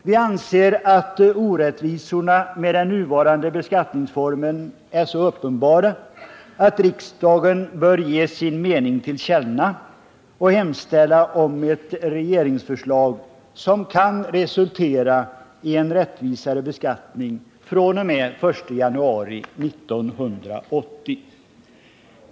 Vi anser att orättvisorna med nuvarande beskattningsform är så uppenbara att riksdagen bör ge sin mening till känna och hemställa om ett regeringsförslag, som kan resultera i en rättvisare beskattning fr.o.m. den 1 januari 1980.